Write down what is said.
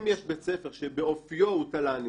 אם יש בית ספר שבאופיו הוא תל"ני